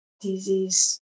disease